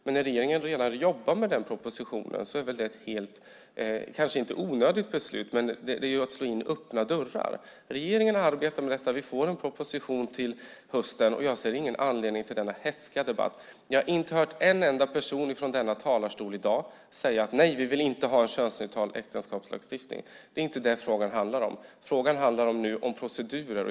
Men när regeringen redan jobbar med den propositionen är det, även om det kanske inte är ett onödigt beslut, som att slå in öppna dörrar. Regeringen arbetar med detta. Vi får en proposition till hösten. Jag ser ingen anledning till denna hätska debatt. Jag har inte hört en enda person från denna talarstol i dag säga: Nej, vi vill inte ha en könsneutral äktenskapslagstiftning. Det är inte det frågan handlar om. Frågan handlar om procedurer.